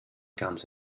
ganz